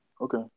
Okay